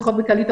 לפחות בקעליטה,